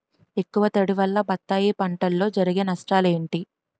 ఎక్కువ తడి వల్ల బత్తాయి పంటలో జరిగే నష్టాలేంటి?